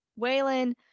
waylon